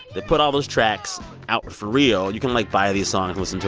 they put all those tracks out for real. you can, like, buy these songs and listen to